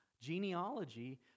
Genealogy